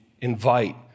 invite